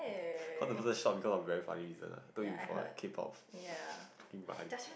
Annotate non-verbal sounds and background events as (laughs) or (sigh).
cause the person shock because of a very funny reason I told you before what K-pop (laughs) freaking funny